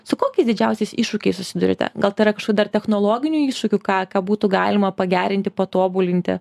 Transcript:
su kokiais didžiausiais iššūkiais susiduriate gal tai yra dar technologinių iššūkių ką ką būtų galima pagerinti patobulinti